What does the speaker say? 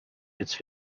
its